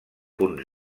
punt